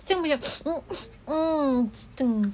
then we have mmhmm mm steng